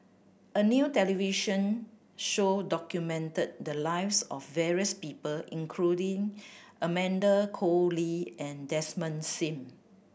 a new television show documented the lives of various people including Amanda Koe Lee and Desmond Sim